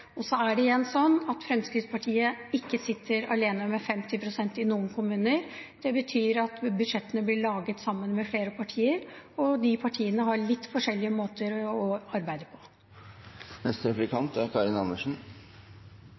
bedre. Så er det igjen sånn at Fremskrittspartiet ikke sitter alene med 50 pst. i noen kommuner. Det betyr at budsjettene blir laget sammen med flere partier, og de partiene har litt forskjellige måter å arbeide på. Jeg vil jo tenke at de beste politikerne er